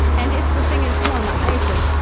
and it's, the thing is too, on the ice, like,